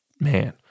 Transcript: man